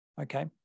Okay